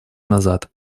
назад